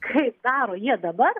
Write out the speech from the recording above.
kaip daro jie dabar